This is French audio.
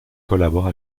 collaborent